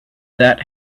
that